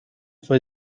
fue